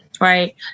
Right